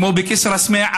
כמו בכסרא-סמיע,